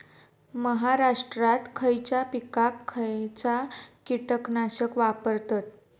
महाराष्ट्रात खयच्या पिकाक खयचा कीटकनाशक वापरतत?